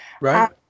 Right